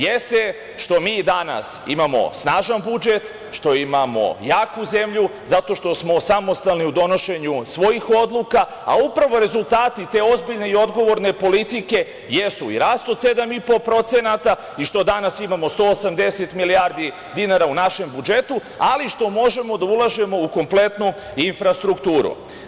Jeste što mi danas imamo snažan budžet, što imamo jaku zemlju, zato što smo samostalni u donošenju svojih odluka, a upravo rezultati te ozbiljne i odgovorne politike jesu i rast od 7,5% i što danas imamo 180 milijardi dinara u našem budžetu, ali što možemo da ulažemo u kompletnu infrastrukturu.